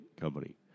company